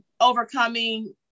overcoming